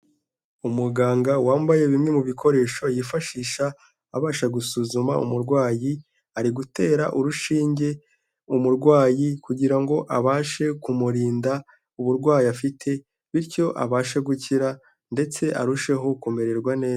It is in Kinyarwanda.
Umuganga wambaye bimwe mu bikoresho yifashisha abasha gusuzuma umurwayi, ari gutera urushinge umurwayi kugira ngo abashe kumurinda uburwayi afite, bityo abashe gukira ndetse arusheho kumererwa neza.